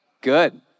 Good